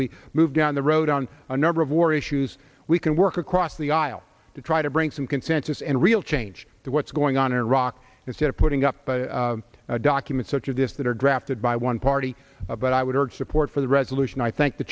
we move down the road on a number of war issues we can work across the aisle to try to bring some consensus and real change to what's going on in iraq instead of putting up a document such of this that are drafted by one party but i would urge support for the resolution i thank the